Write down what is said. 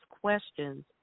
questions